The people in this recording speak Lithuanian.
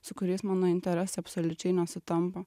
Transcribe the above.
su kuriais mano interesai absoliučiai nesutampa